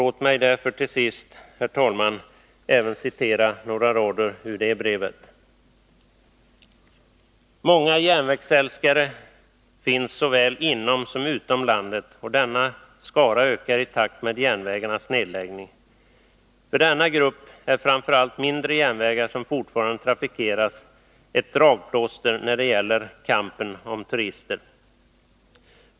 Låt mig därför till sist, herr talman, citera även några rader ur detta brev: ”Många järnvägsälskare finns såväl inom som utom landet och denna skara ökar i takt med järnvägarnas nedläggning. För denna grupp är framförallt mindre järnvägar, som fortfarande trafikeras, ett dragplåster när det gäller kampen om turister.